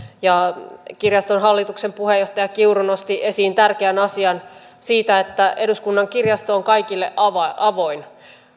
kirjaston hallituksen puheenjohtaja kiuru nosti esiin tärkeän asian siitä että eduskunnan kirjasto on kaikille avoin avoin